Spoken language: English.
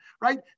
right